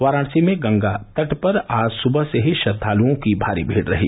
वाराणसी में गंगा तट पर आज सुबह से ही श्रद्वालुओं की भारी भीड़ रही